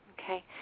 Okay